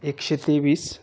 एकशे तेवीस